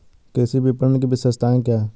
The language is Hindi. कृषि विपणन की विशेषताएं क्या हैं?